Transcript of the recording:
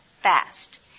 fast